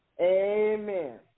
Amen